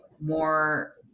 more